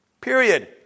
Period